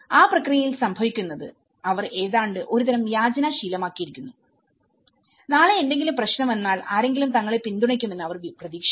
ആ പ്രക്രിയയിൽ സംഭവിക്കുന്നത് അവർ ഏതാണ്ട് ഒരുതരം യാചന ശീലമാക്കിയിരിക്കുന്നു നാളെ എന്തെങ്കിലും പ്രശ്നം വന്നാൽ ആരെങ്കിലും തങ്ങളെ പിന്തുണയ്ക്കുമെന്ന് അവർ പ്രതീക്ഷിക്കുന്നു